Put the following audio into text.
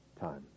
time